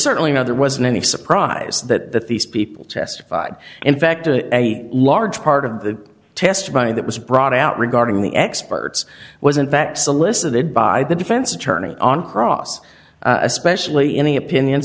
certainly know there wasn't any surprise that these people testified in fact to a large part of the testimony that was brought out regarding the experts wasn't that solicited by the defense attorney on cross especially any opinions